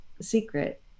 secret